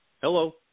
Hello